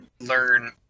learn